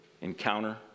encounter